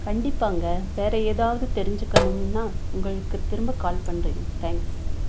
கண்டிப்பாங்க வேற ஏதாவது தெரிஞ்சிக்கணும்னா உங்களுக்கு திரும்ப கால் பண்ணுறேன் தேங்க்ஸ்